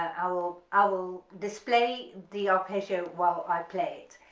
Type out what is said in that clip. i will i will display the arpeggio while i play it.